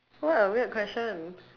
what a weird question